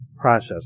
process